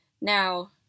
now